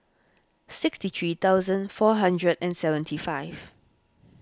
sixty three thousand four hundred and seventy five